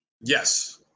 Yes